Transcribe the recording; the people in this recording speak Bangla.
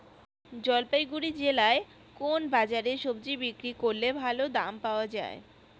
জলপাইগুড়ি জেলায় কোন বাজারে সবজি বিক্রি করলে ভালো দাম পাওয়া যায়?